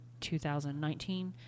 2019